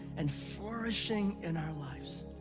and flourishing in our lives.